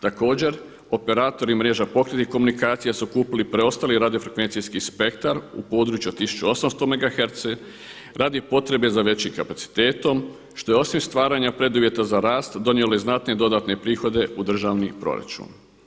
Također, operator i mreža pokretnih komunikacija su kupili preostali radio frekvencijski spektar u području 1800 magaherca radi potrebe za većim kapacitetom što je osim stvaranja preduvjeta za rast donijelo i znatnije dodatne prihode u državni proračun.